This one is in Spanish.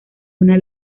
una